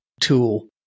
tool